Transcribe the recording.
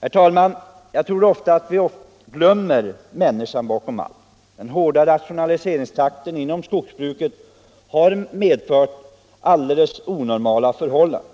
Herr talman! Jag tror att vi ofta glömmer människan bakom allt. Den hårda rationaliseringstakten inom skogsbruket har medfört helt onormala förhållanden.